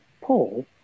Paul